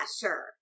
sure